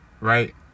right